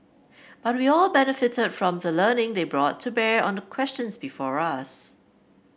but we all benefited from the learning they brought to bear on the questions before us